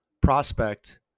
prospect